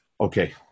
Okay